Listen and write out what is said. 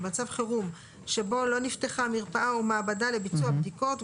במצב חירום שבו לא נפתחה מרפאה או מעבדה לביצוע בדיקות,